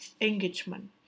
engagement